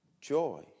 joy